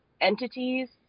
entities